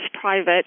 private